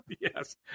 yes